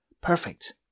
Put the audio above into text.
perfect